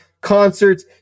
concerts